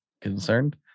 concerned